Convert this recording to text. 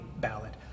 ballot